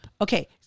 Okay